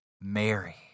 Mary